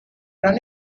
run